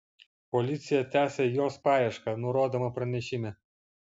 policija tęsią jos paiešką nurodoma pranešime